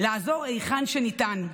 לעזור היכן שניתן.